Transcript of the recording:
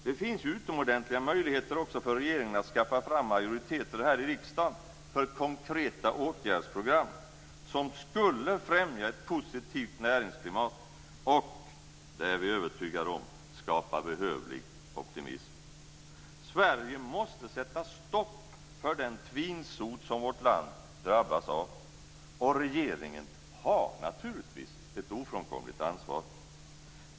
Det finns utomordentliga möjligheter också för regeringen att skaffa fram majoriteter här i riksdagen för konkreta åtgärdsprogram, som skulle främja ett positivt näringsklimat och, är vi övertygade om, skapa behövlig optimism. Sverige måste sätta stopp för den tvinsot som vårt land drabbats av! Och regeringen har naturligtvis ett ofrånkomligt ansvar.